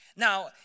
Now